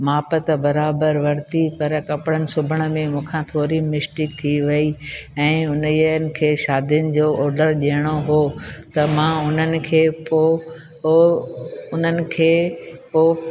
माप त बराबरि वरिती पर कपिड़नि सिबण में मूंखां थोरी मिस्टेक थी वई ऐं उन्हनि खे शादीयुनि जो ऑडर ॾियणो हुओ त मां उन्हनि खे पोइ पोइ उन्हनि खे पोइ